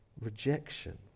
rejection